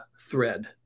thread